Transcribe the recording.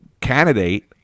candidate